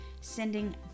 sending